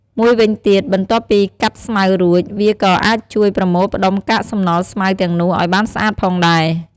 មួយវិញទៀតបន្ទាប់ពីកាត់ស្មៅរួច វាក៏អាចជួយប្រមូលផ្តុំកាកសំណល់ស្មៅទាំងនោះឱ្យបានស្អាតផងដែរ។